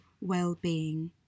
well-being